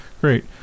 great